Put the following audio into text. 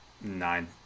nine